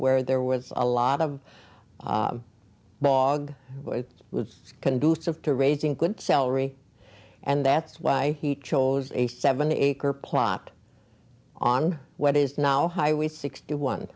where there were a lot of bog was conducive to raising a good salary and that's why he chose a seven acre plot on what is now highway sixty one